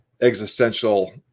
existential